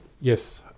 yes